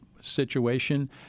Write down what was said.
situation